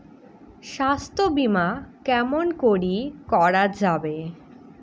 স্বাস্থ্য বিমা কেমন করি করা যাবে?